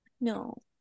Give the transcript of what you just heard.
no